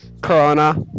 Corona